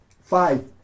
Five